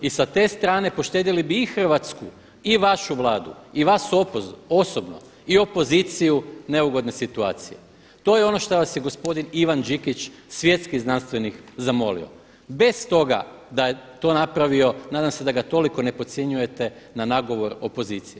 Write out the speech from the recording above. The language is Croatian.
I sa te strane poštedjeli bi i Hrvatsku i vašu Vlada i vas osobno i opoziciju neugodne situacije, to je ono šta vas je gospodin Ivan Đikić svjetski znanstvenik zamolio, bez toga da je to napravio nadam se da ga toliko ne podcjenjujete na nagovor opozicije.